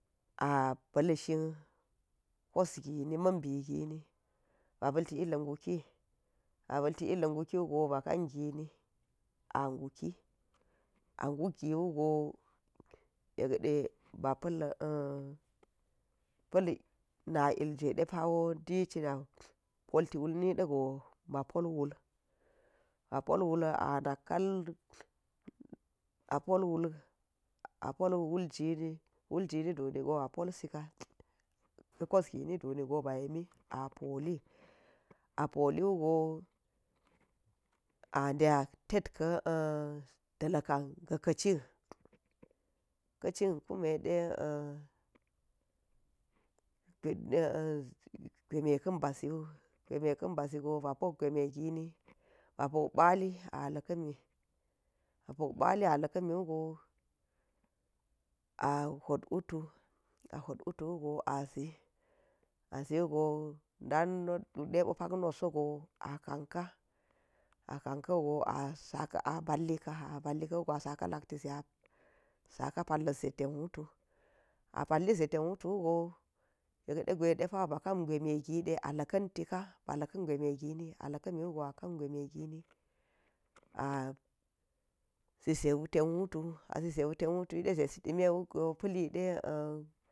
A ba̱l shin kosgini ma̱n bi gini ba ba̱lti ilga̱nguki a ba̱lti ilga̱ nguki wu go ba kan gini a nguki, a nguk ngi wugo yek de ba pa̱l pa̱l na iljwe de paw oni ci nan polti wul nida̱ go ba pol wul, ba polwul a nakkan, a pol wul a pol wuljini, wul jinni duni go a polsika ga̱kes gini duni go ba yemi a poli a poliwugo a nda tet da̱ ikan ga̱ka̱ cin, ka̱ cin gweme ka̱n bazi go bap ok gweme gini, bap ok ɓa̱li a la̱ka̱mi, a pok ɓa̱ a la̱ka̱ miwu go a hot wutu, a hot wutu wu go a hot wutu, a hot wutu wu go a zi azi wugo da̱ not wude opak not sogo a kanka, a kan ka̱ wugo a ba balika, abalika̱ wugo a sa ka lak tize, a saka pala̱t ze ten wutu, a palli ze ten wutu wugo yek de gwe dep aba kan gwemegide a la̱ ka̱n tika, a la̱ka̱n gwemegin a la̱ka̱ miwugo a kan gwemegini a zi zan ten wutu, a zi zau ten wutu wi de zan dime wugo pa̱li yide.